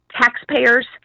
taxpayers